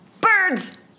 Birds